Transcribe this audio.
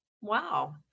Wow